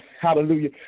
Hallelujah